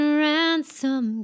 ransom